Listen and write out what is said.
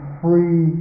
free